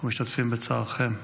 אנחנו משתתפים בצערכם.